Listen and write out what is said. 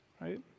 right